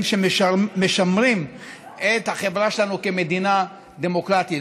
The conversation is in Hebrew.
שמשמרים את החברה שלנו כמדינה דמוקרטית.